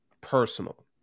personal